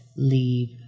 leave